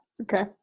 Okay